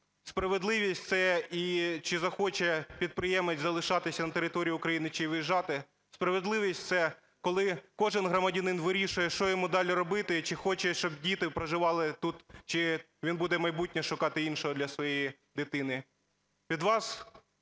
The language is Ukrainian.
Справедливість – це і чи захоче підприємець залишатися на території України чи виїжджати. Справедливість – це коли кожен громадянин вирішує, що йому далі робити: чи хоче, щоб діти проживали тут, чи він буде майбутнього шукати іншого для своєї дитини. Від вас